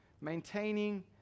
maintaining